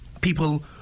people